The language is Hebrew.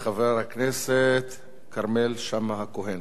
מוועדת החוקה, חוק ומשפט לוועדת העבודה,